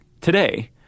today